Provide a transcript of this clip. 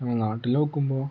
ഞങ്ങ നാട്ടിൽ നോക്കുമ്പോൾ